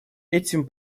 этим